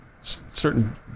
certain